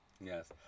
Yes